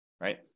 right